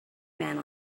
man